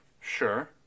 Sure